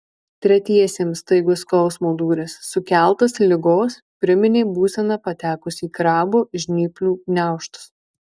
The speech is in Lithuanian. tretiesiems staigus skausmo dūris sukeltas ligos priminė būseną patekus į krabo žnyplių gniaužtus